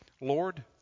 Lord